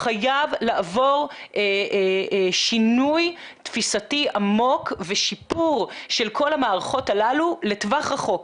חייב לעבור שינוי תפיסתי עמוק ושיפור של כל המערכות הללו לטווח רחוק,